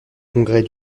congrès